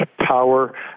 power